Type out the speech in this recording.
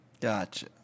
Gotcha